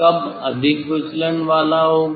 कब अधिक विचलन वाला होगा